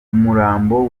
umurambo